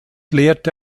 lehrte